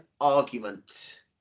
argument